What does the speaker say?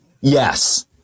Yes